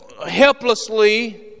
helplessly